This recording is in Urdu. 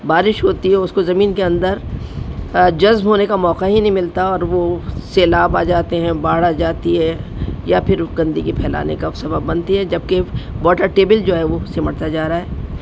بارش ہوتی ہے اس کو زمین کے اندر جذب ہونے کا موقع ہی نہیں ملتا اور وہ سیلاب آ جاتے ہیں باڑھ آ جاتی ہے یا پھر گندگی پھیلانے کا سبب بنتی ہے جبکہ واٹر ٹیبل جو ہے وہ سمٹتا جا رہا ہے